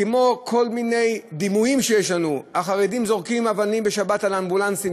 כמו כל מיני דימויים שיש לנו: החרדים זורקים אבנים בשבת על אמבולנסים,